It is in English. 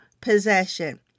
possession